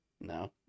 No